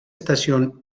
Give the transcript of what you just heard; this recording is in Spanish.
estación